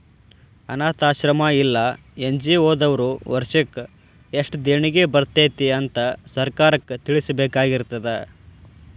ಅನ್ನಾಥಾಶ್ರಮ್ಮಾ ಇಲ್ಲಾ ಎನ್.ಜಿ.ಒ ದವ್ರು ವರ್ಷಕ್ ಯೆಸ್ಟ್ ದೇಣಿಗಿ ಬರ್ತೇತಿ ಅಂತ್ ಸರ್ಕಾರಕ್ಕ್ ತಿಳ್ಸಬೇಕಾಗಿರ್ತದ